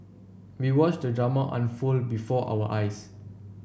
we watched the drama unfold before our eyes